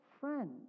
friend